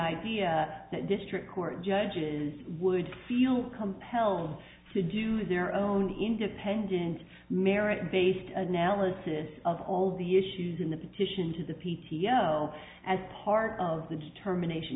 idea that district court judges would feel compelled to do their own independent merit based analysis of all the issues in the petition to the p p you know as part of the determination